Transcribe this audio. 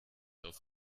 auf